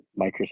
Microsoft